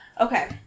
Okay